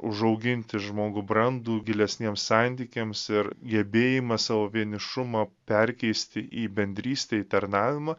užauginti žmogų brandų gilesniems santykiams ir gebėjimą savo vienišumą perkeisti į bendrystę į tarnavimą